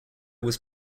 was